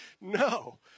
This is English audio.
No